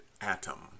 atom